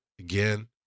Again